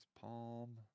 Palm